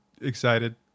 excited